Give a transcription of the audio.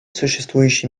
существующие